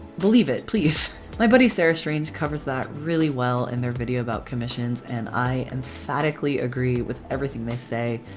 believe it! please! my buddy sarah strange covers that really well in their video about commissions and i emphatically agree with everything they say.